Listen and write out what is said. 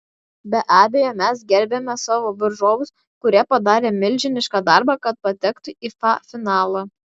be abejo mes gerbiame savo varžovus kurie padarė milžinišką darbą kad patektų į fa finalą